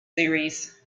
series